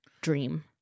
dream